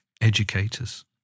educators